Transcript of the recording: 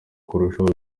kurushaho